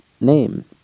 name